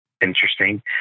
interesting